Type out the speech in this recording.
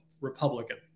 Republican